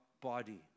body